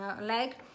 leg